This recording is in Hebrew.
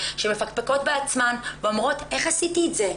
שמפקפקות בעצמן ואומרות: איך עשיתי את זה?